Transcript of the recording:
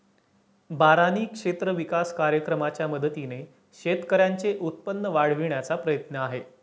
बारानी क्षेत्र विकास कार्यक्रमाच्या मदतीने शेतकऱ्यांचे उत्पन्न वाढविण्याचा प्रयत्न आहे